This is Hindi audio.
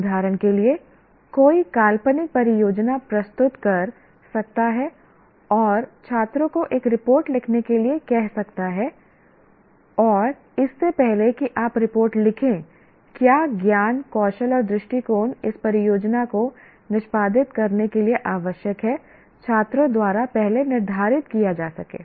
उदाहरण के लिए कोई काल्पनिक परियोजना प्रस्तुत कर सकता है और छात्रों को एक रिपोर्ट लिखने के लिए कह सकता है और इससे पहले कि आप रिपोर्ट लिखें क्या ज्ञान कौशल और दृष्टिकोण इस परियोजना को निष्पादित करने के लिए आवश्यक हैं छात्रों द्वारा पहले निर्धारित किया जा सके